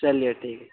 چلیے ٹھیک